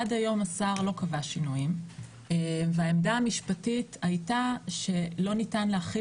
עד היום השר לא קבע שינויים והעמדה המשפטית הייתה שלא ניתן להחיל